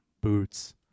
boots